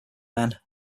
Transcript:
men